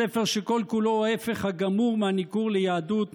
הספר שכל-כולו ההפך הגמור מהניכור ליהדות,